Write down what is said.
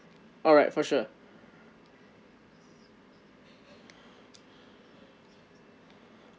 alright for sure